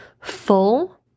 full